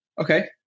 Okay